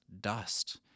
dust